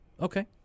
Okay